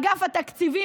אגף התקציבים,